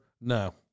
No